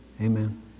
Amen